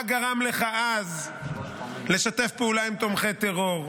גרם לך אז לשתף פעולה עם תומכי טרור.